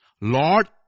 Lord